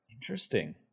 Interesting